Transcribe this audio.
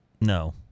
no